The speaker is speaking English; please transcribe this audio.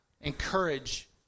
encourage